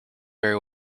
very